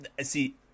see